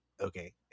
Okay